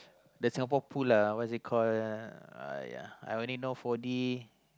the Singapore Pool lah what is it call !aiya! I only know four D